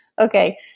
Okay